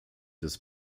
des